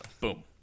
boom